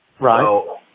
Right